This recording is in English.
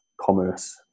Commerce